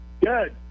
Good